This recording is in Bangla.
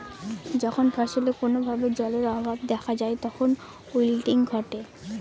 যখন ফসলে কোনো ভাবে জলের অভাব দেখা যায় তখন উইল্টিং ঘটে